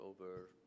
over